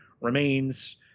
remains